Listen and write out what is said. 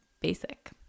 basic